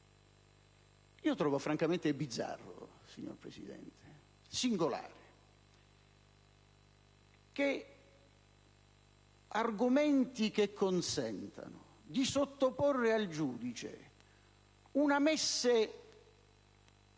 Trovo francamente bizzarro, signora Presidente, singolare, che argomenti che consentano di sottoporre al giudice una messe